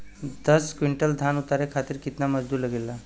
दस क्विंटल धान उतारे खातिर कितना मजदूरी लगे ला?